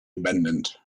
abandoned